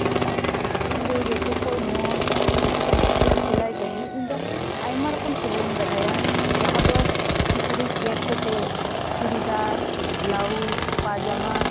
ᱤᱧ ᱫᱚ ᱡᱚᱛᱚ ᱠᱷᱚᱱ ᱢᱚᱡᱽ ᱟᱨᱠᱤ ᱡᱚᱛᱚ ᱠᱷᱚᱱᱤᱧ ᱠᱩᱥᱤᱭᱟᱜᱼᱟ ᱥᱮᱞᱟᱭ ᱠᱟᱹᱢᱤ ᱤᱧ ᱫᱚ ᱟᱭᱢᱟ ᱨᱚᱠᱚᱢ ᱥᱮᱞᱟᱭᱤᱧ ᱵᱟᱰᱟᱭᱟ ᱡᱟᱦᱟᱸ ᱫᱚ ᱠᱤᱪᱨᱤᱡ ᱜᱮᱫ ᱠᱟᱛᱮᱫ ᱪᱩᱲᱤᱫᱟᱨ ᱵᱞᱟᱣᱩᱡᱽ ᱯᱟᱡᱟᱢᱟ